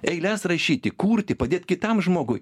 eiles rašyti kurti padėt kitam žmogui